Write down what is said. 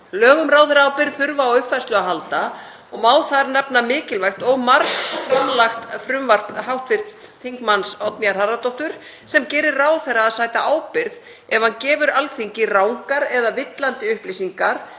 Lög um ráðherraábyrgð þurfa á uppfærslu að halda og má þar nefna mikilvægt og margframlagt frumvarp hv. þm. Oddnýjar G. Harðardóttur sem gerir ráðherra að sæta ábyrgð ef hann gefur Alþingi rangar eða villandi upplýsingar